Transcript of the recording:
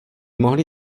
mohli